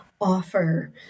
offer